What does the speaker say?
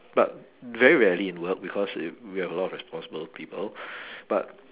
but very rarely in work because we have a lot of responsible people but